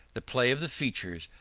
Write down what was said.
the play of the features,